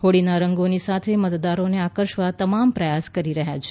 હોળીના રંગોની સાથે મતદારોને આકર્ષવા તમામ પ્રયાસ કરી રહ્યા છે